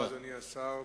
תודה רבה, אדוני השר.